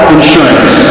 insurance